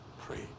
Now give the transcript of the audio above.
pray